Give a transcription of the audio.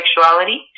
sexuality